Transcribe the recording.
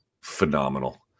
phenomenal